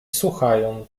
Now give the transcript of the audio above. słuchając